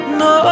no